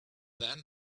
then